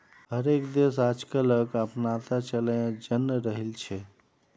हर एक देश आजकलक अपनाता चलयें जन्य रहिल छे